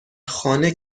خانه